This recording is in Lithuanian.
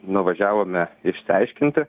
nuvažiavome išsiaiškinti